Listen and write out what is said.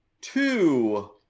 two